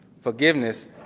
Forgiveness